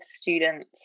students